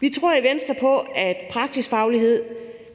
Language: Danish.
Vi tror i Venstre på, at praksisfaglighed